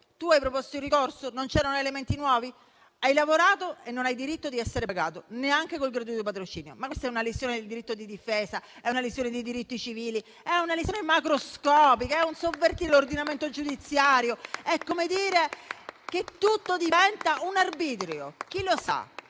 ha proposto il ricorso ma non c'erano elementi nuovi e, quindi, ha lavorato e non ha diritto di essere pagato, neanche con il gratuito patrocinio. Questa è una lesione del diritto di difesa,. È una lesione di diritti civili. È una lesione macroscopica. È un sovvertimento dell'ordinamento giudiziario. È come dire che tutto diventa un arbitrio.